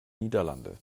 niederlande